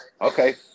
Okay